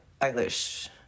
Eilish